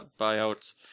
buyouts